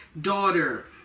daughter